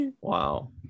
Wow